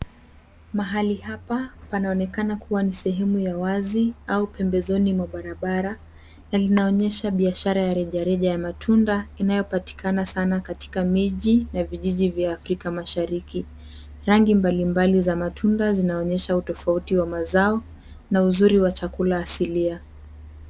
Mahali hapa panaonekana kuwa ni sehemu ya wazi au pembezoni mwa barabara na inaonyesha biashara ya rejareja ya matunda inayo patikana sana katika miji na vijijini vya afrika masharika. Rangi mbali mbali za matunda zinaonyesha utofauti wa mazao na uzuri wa chakula asilia.